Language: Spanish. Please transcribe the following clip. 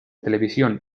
televisión